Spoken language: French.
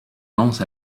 lance